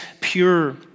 pure